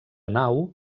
nau